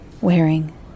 Wearing